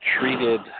treated